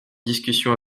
discussion